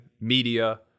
media